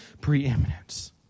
preeminence